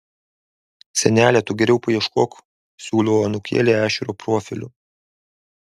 senele tu geriau paieškok siūlo anūkėlė ešerio profiliu